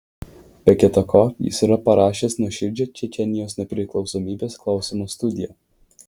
be kita ko jis yra parašęs nuoširdžią čečėnijos nepriklausomybės klausimo studiją